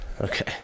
okay